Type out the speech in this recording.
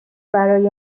برای